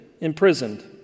imprisoned